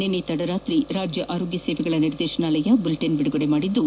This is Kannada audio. ನಿನ್ನೆ ತಡರಾತ್ರಿ ರಾಜ್ಯ ಆರೋಗ್ಯ ಸೇವೆಗಳ ನಿರ್ದೇತನಾಲಯ ಬುಲೆಟನ್ ಬಿಡುಗಡೆ ಮಾಡಿದ್ದು